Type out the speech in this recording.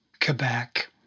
Quebec